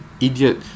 idiot